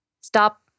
Stop